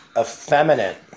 effeminate